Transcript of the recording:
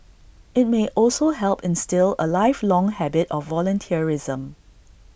IT may also help instil A lifelong habit of volunteerism